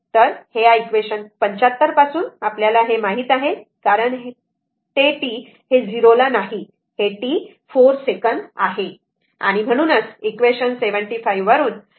तर इक्वेशन 75 पासून आपल्याला हे माहित आहे कारण ते t हे 0 ला नाही t t 0 4 सेकंद आहे